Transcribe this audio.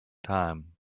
time